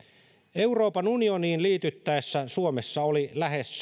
euroopan unioniin liityttäessä suomessa oli lähes